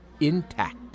intact